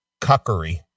cuckery